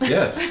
Yes